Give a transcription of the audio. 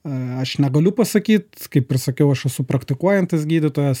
aš negaliu pasakyt kaip pasakiau aš esu praktikuojantis gydytojas